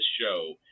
show